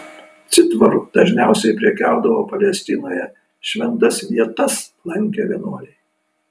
citvaru dažniausiai prekiaudavo palestinoje šventas vietas lankę vienuoliai